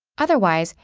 otherwise,